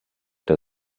der